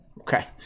Okay